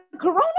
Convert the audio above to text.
corona